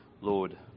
lord